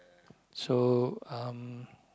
so um